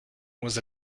was